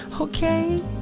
okay